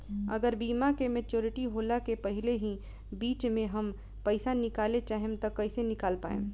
अगर बीमा के मेचूरिटि होला के पहिले ही बीच मे हम पईसा निकाले चाहेम त कइसे निकाल पायेम?